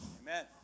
Amen